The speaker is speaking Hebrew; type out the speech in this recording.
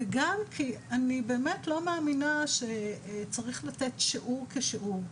וגם כי אני באמת לא מאמינה שצריך לתת שיעור כשיעור.